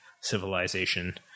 civilization